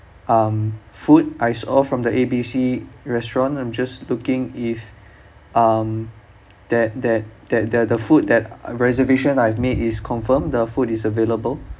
um food I saw from the A B C restaurant I'm just looking if um that that that the the food that reservation I've made is confirmed the food is available